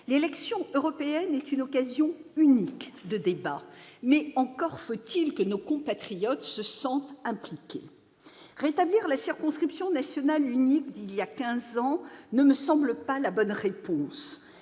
L'élection européenne est une occasion unique de débat, mais encore faut-il que nos compatriotes se sentent impliqués ... Le rétablissement de la circonscription nationale unique d'il y a quinze ans ne me semble pas la bonne réponse.